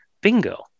Bingo